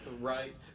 right